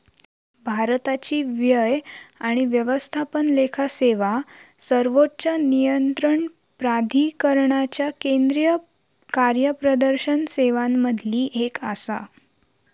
भारताची व्यय आणि व्यवस्थापन लेखा सेवा सर्वोच्च नियंत्रण प्राधिकरणाच्या केंद्रीय कार्यप्रदर्शन सेवांमधली एक आसा